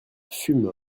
fume